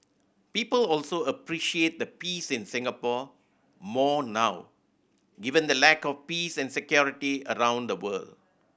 people also appreciate the peace in Singapore more now given the lack of peace and security around the world